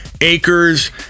acres